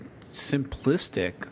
simplistic